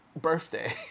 birthday